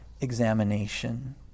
examination